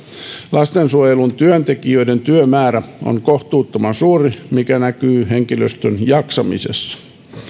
lastensuojelun työntekijöiden työmäärä on kohtuuttoman suuri mikä näkyy henkilöstön jaksamisessa